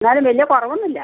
എന്നാലും വലിയ കുറവൊന്നും ഇല്ല